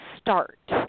start